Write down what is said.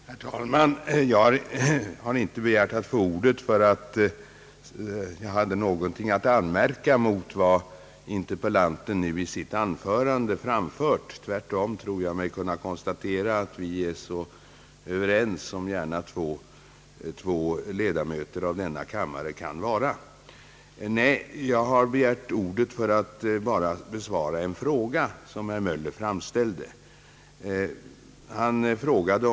Herr talman! Jag har inte begärt ordet därför att jag har något att anmärka mot vad interpellanten anförde. Jag tror mig tvärt om kunna konstatera att vi är så överens som två ledamöter av denna kammare kan vara. Nej, jag begärde ordet för att besvara en fråga som herr Möller framställde, nämligen.